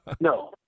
No